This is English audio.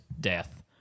death